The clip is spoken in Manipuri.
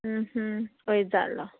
ꯎꯝꯍꯨꯝ ꯑꯣꯏꯖꯥꯠꯂꯣ